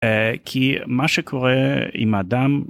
כי מה שקורה עם אדם.